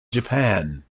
japan